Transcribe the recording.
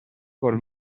cort